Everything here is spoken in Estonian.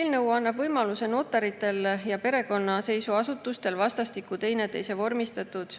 Eelnõu annab notaritele ja perekonnaseisuasutustele võimaluse vastastikku teineteise vormistatud